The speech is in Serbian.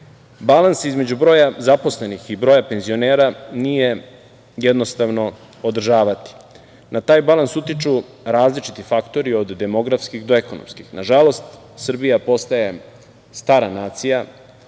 Balans između broja zaposlenih i broja penzionera nije jednostavno održavati. Na taj balans utiču različiti faktori, od demografskih do ekonomskih. Nažalost, Srbija postaje stara nacija,